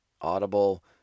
Audible